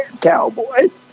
cowboys